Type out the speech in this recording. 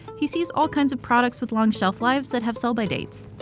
he sees all kinds of products with long shelf lives that have sell-by dates.